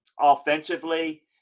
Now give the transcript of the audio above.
Offensively